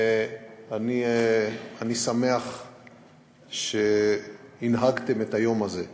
אני שמח שהנהגתם את היום הזה.